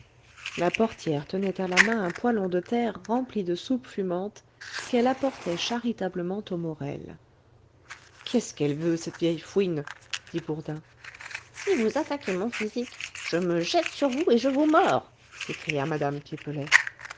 la portière tenait à la main un poêlon de terre rempli de soupe fumante qu'elle apportait charitablement aux morel qu'est-ce qu'elle veut cette vieille fouine dit bourdin si vous attaquez mon physique je me jette sur vous et je vous mords s'écria mme pipelet